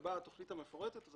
ובאה התכנית המפורטת הזאת,